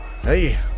Hey